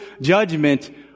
judgment